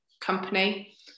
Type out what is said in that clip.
company